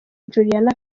juliana